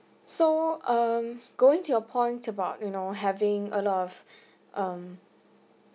so um going to your point about you know having a lot of um